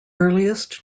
earliest